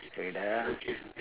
wait ah